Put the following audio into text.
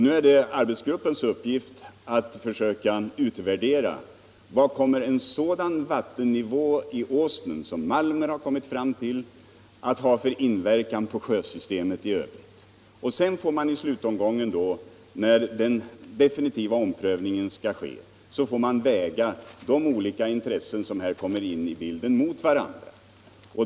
Nu är det arbetsgruppens uppgift att försöka utvärdera vad en sådan vattennivå i Åsnen som Malmer har kommit fram till kan ha för inverkan på sjösystemet i övrigt. I slutomgången, när den definitiva omprövningen skall ske, får man sedan väga de olika intressen som här kommer in i bilden mot varandra.